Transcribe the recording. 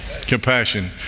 compassion